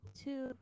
two